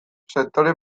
sektore